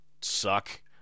suck